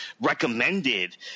recommended